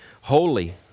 holy